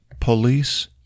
police